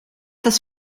das